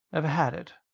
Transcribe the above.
ever had it?